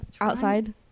outside